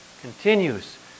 continues